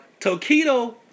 Tokido